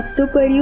dooba yeah